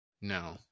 No